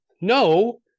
No